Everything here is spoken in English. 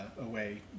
away